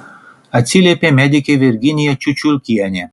atsiliepė medikė virginija čiučiulkienė